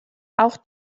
auch